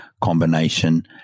combination